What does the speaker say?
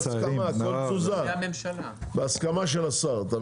כל תזוזה, בהסכמה של השר.